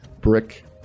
brick